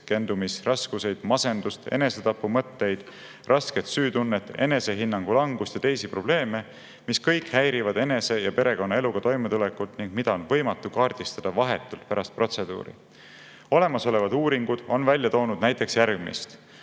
keskendumisraskusi, masendust, enesetapumõtteid, rasket süütunnet, enesehinnangu langust ja teisi probleeme, mis kõik häirivad enese ja perekonnaeluga toimetulekut ning mida on võimatu kaardistada vahetult pärast protseduuri. Olemasolevad uuringud on välja toonud näiteks järgmist.